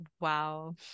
wow